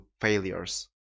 failures